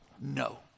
no